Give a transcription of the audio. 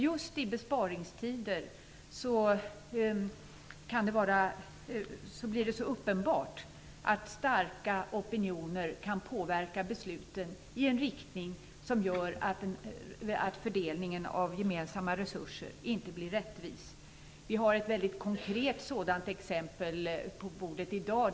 Just i besparingstider blir det så uppenbart att starka opinioner kan påverka beslut i en riktning som gör att fördelningen av gemensamma resurser inte blir rättvis. Vi har ett mycket konkret sådant exempel på bordet i dag.